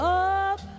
up